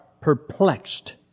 perplexed